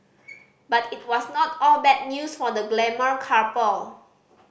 but it was not all bad news for the glamour couple